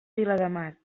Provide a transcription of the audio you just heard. viladamat